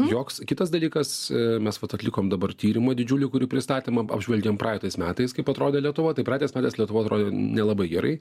joks kitas dalykas mes vat atlikom dabar tyrimą didžiulį kurį pristatėm apžvelgėm praeitais metais kaip atrodė lietuva tai praeitais metais lietuva atrodė nelabai gerai